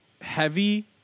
heavy